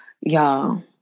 Y'all